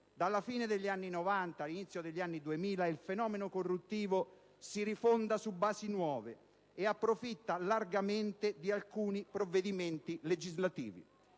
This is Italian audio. Dalla fine degli anni Novanta all'inizio degli anni 2000 il fenomeno corruttivo si rifonda su basi nuove e approfitta largamente di alcuni provvedimenti legislativi: